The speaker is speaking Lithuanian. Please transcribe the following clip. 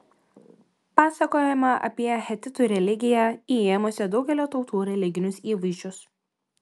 pasakojama apie hetitų religiją įėmusią daugelio tautų religinius įvaizdžius